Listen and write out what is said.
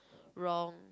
wrong